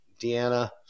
Deanna